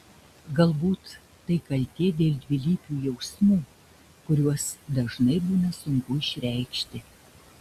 galbūt tai kaltė dėl dvilypių jausmų kuriuos dažnai būna sunku išreikšti